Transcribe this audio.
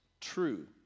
true